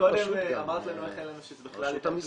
מקודם אמרת לנו איך אין לנו בכלל את הנתונים,